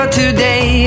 today